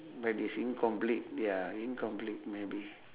but it's incomplete ya incomplete maybe